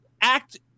act